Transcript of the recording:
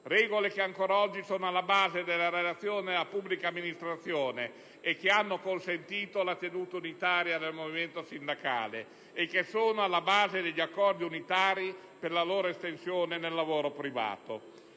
regole che ancora oggi sono alla base delle relazioni nella pubblica amministrazione, che hanno consentito la tenuta unitaria del movimento sindacale e che sono alla base degli accordi unitari per la loro estensione nel lavoro privato.